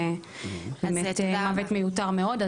ובאמת מוות מיותר מאוד,